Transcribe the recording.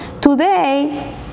Today